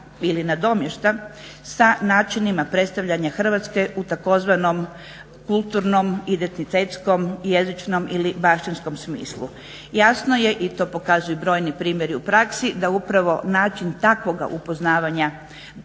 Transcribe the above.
ili nadomješta sa načinima predstavljanja Hrvatske u tzv. kulturnom identitetskom, jezičnom ili bašćanskom smislu. Jasno je i to pokazuju brojni primjeri u praksi da upravo način takvoga upoznavanja države